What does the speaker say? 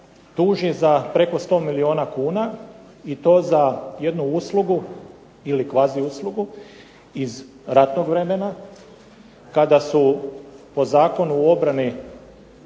tuži za preko 100 milijuna kuna za jednu uslugu ili kvazi uslugu iz ratnog vremena, kada su po zakonu o obrani